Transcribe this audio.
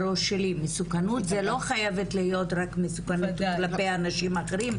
מסוכנות היא לא חייבת להיות רק מסוכנות כלפי אנשים אחרים,